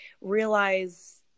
realize